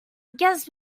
guess